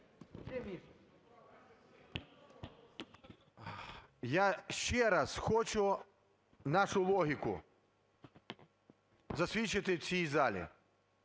Я ще раз хочу нашу логіку засвідчити в цій залі.